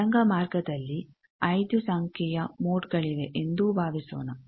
ತರಂಗ ಮಾರ್ಗದಲ್ಲಿ ಐದು ಸಂಖ್ಯೆಯ ಮೋಡ್ಗಳಿವೆ ಎಂದೂ ಭಾವಿಸೋಣ